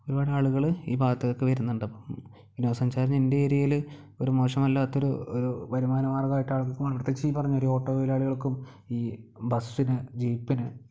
ഒരുപാട് ആളുകള് ഈ ഭാഗത്തേക്ക് വരുന്നുണ്ട് അപ്പം വിനോദസഞ്ചാരം എൻ്റെ ഏരിയയില് ഒരു മോശമല്ലാത്തൊരു വരുമാനമാർഗമായിട്ടാണ് പ്രത്യേകിച്ച് ഈ പറഞ്ഞ ഒര് ഓട്ടോ തൊഴിലാളികൾക്കും ഈ ബസ്സിന് ജീപ്പിന്